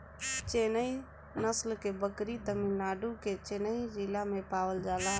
चेन्नई नस्ल के बकरी तमिलनाडु के चेन्नई जिला में पावल जाला